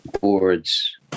boards